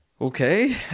Okay